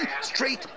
Straight